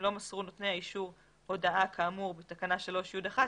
לא מסרו נותני האישור הודעה כאמור בתקנה 3י1,